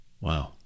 Wow